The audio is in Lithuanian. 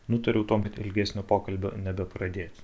nutariau tuomet ilgesnio pokalbio nebepradėti